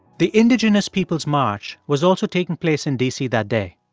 the indigenous peoples march was also taking place in d c. that day.